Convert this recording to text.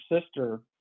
sister